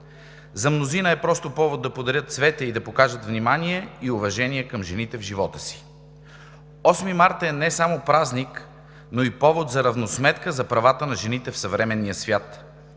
За мнозина е просто повод да подарят цвете и да покажат внимание и уважение към жените в живота си. Осми март е не само празник, но и повод за равносметка за правата на жените в съвременния свят.